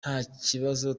ntakibazo